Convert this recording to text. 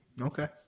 Okay